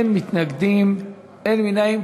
אין מתנגדים, אין נמנעים.